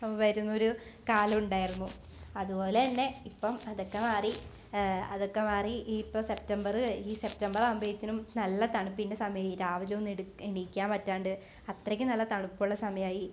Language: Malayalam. വരുന്നൊരു കാലമുണ്ടായിരുന്നു അതുപോലെതന്നെ ഇപ്പം അതൊക്കെ മാറി അതൊക്കെ മാറി ഇപ്പോള് സെപ്റ്റംബര് ഈ സെപ്റ്റംബറാകുമ്പോഴത്തേക്കും നല്ല തണുപ്പിൻറ്റെ സമയമായി രാവിലെയൊന്നും എഴുന്നേല്ക്കാന് പറ്റാതെ അത്രയ്ക്കും നല്ല തണുപ്പുള്ള സമയമായി